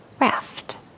raft